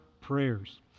prayers